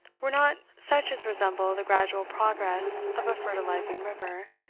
were not such as resemble the gradual progress of a fertilizing river,